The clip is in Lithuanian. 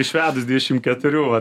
išvedus dvidešim keturių va